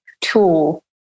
tool